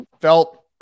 Felt